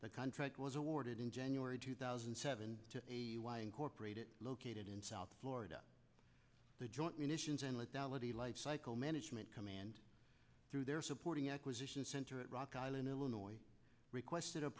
the contract was awarded in january two thousand and seven to incorporate it located in south florida the joint munitions and let the lifecycle management command through their supporting acquisition center at rock island illinois requested a